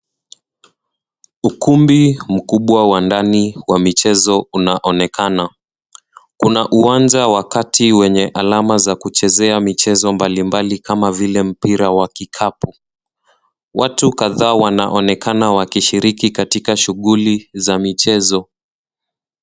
Ukumbi mkubwa wa ndani ya michezo unaonekana. Kuna uwanja wa kati wenye alama za kuchezea michezo ali mbali mbali kama vile mpira wa kikapu. Watu kadhaa wanaonekana wakishiriki katika shughuli za michezo.